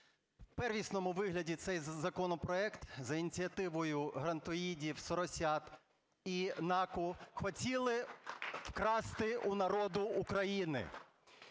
В первісному вигляді цей законопроект за ініціативою "грантоїдів", "соросят" і НАКу хотіли вкрасти у народу України.